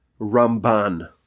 Ramban